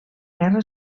guerra